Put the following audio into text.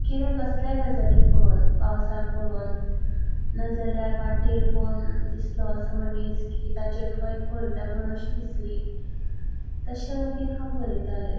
कितेंय कसल्याय गजालीक पळोवन पावसाक पळोवन नाजाल्यार वाटेर कोण दिसलो असो मनीस की ताचेर तुका एक कविता बरोवं कशी दिसली तशें मागीर हांव बरयतालें